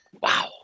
Wow